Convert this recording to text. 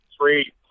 three